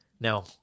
Now